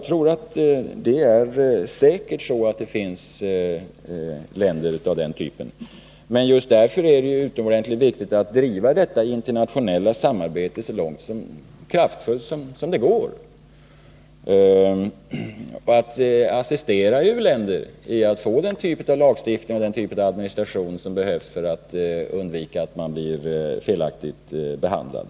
Det finns säkert länder av den typen. Just därför är det utomordentligt viktigt att driva detta internationella samarbete så kraftfullt som det går och att assistera u-länderna i arbetet att få den typ av lagstiftning och administration som behövs för att undvika att man blir felaktigt behandlad.